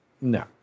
No